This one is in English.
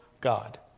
God